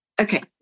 Okay